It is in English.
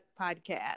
podcast